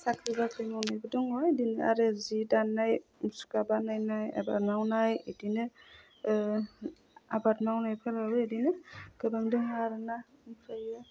साख्रि बाख्रि मावनायबो दङ बिदिनो आरो जि दानाय मुसुखा बानायनाय एबा नावनाय बिदिनो आबाद मावनायफोरावल' बिदिनो गोबां दङो आरो ना ओमफ्रायो